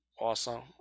Awesome